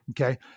Okay